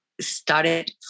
started